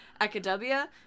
Academia